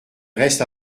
reste